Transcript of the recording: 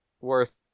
worth